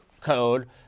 code